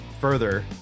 further